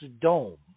dome